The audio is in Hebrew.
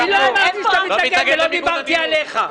לא מדבר עליך.